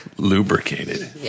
Lubricated